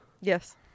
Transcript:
Yes